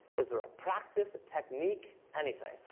is there a practice, a technique, anything?